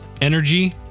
energy